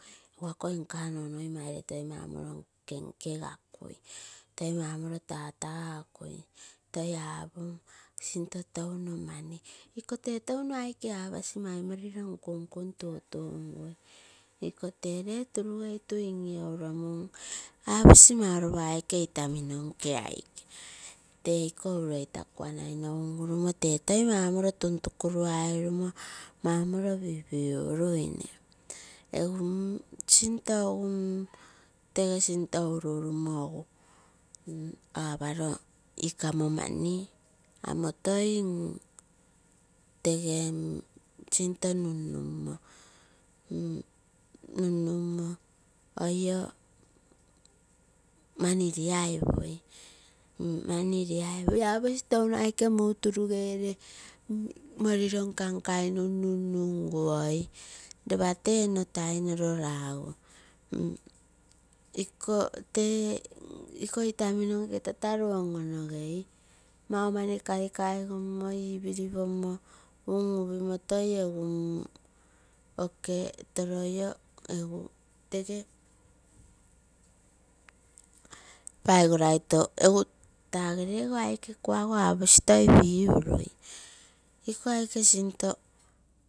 Akoi nkaa nnonoi maire toi mau. Morilo nkenkegai kai. Toi mau neorito tatakui toi aoum sinto touno mani iko toun aike apasi tee turugatu in murui noguu apoii mauropa aike intamino nkee aike teiko ureita kaanaino urumoo tee toi mau morito tun tuku luaruine, mau morito pipigunune. Egu mm sinto egu mm tege sinto uru urumo eguu aparo ikoo amai mani amoi toi tege sinto nun-nun, nun numo oioo muu tupugere, morito nkai num-num numgaine, ropa tee nno tainoro naguu. Ikoo tee ikoo itamino nke tataru on onogei mau mani kaikai gommoi ipiri pomoo un unpime toi eguu oke toroio egu tege paigoraito egu tagere ogo oke kuago aposi toi pigurui iko aike sintoo.